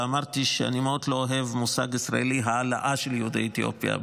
ואמרתי שאני מאוד לא אוהב את המושג הישראלי "העלאה של יהודי אתיופיה".